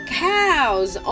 cows